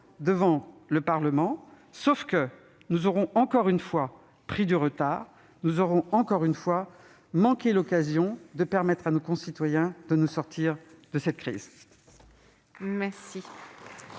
devant le Parlement. Sauf que nous aurons, encore une fois, pris du retard et, encore une fois, manqué l'occasion de permettre à nos concitoyens de sortir de cette crise.